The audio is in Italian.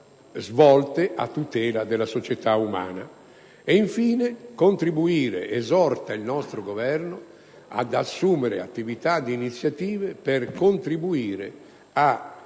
svolte a tutela della società umana. Infine, la mozione esorta il nostro Governo ad assumere attività e iniziative per contribuire a